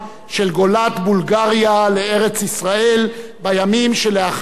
בולגריה לארץ-ישראל בימים שלאחר קום המדינה.